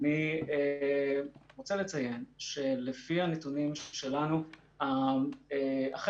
אני רוצה לציין שלפי הנתונים שלנו אכן